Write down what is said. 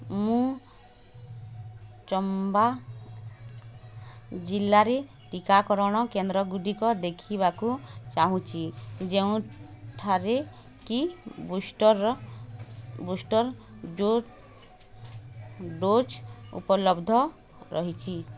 ମୁଁ ଚମ୍ବା ଜିଲ୍ଲାରେ ଟିକାକରଣ କେନ୍ଦ୍ରଗୁଡ଼ିକ ଦେଖିବାକୁ ଚାହୁଁଛି ଯେଉଁଠାରେକି ବୁଷ୍ଟର ଡୋଜ୍ ଉପଲବ୍ଧ ରହିଛି